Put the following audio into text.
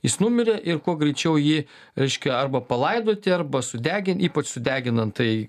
jis numirė ir kuo greičiau jį reiškia arba palaidoti arba sudegin ypač sudegina tai